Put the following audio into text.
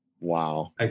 Wow